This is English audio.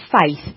faith